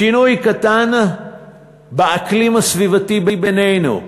שינוי קטן באקלים הסביבתי בינינו,